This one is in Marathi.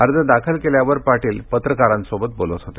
अर्ज दाखल केल्यावर पाटील पत्रकारांशी बोलत होते